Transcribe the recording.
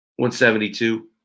172